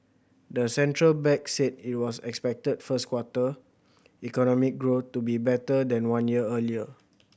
the central bank said it was expected first quarter economic growth to be better than one year earlier